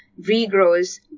regrows